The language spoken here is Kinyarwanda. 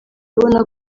ubona